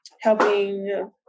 helping